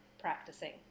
practicing